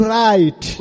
right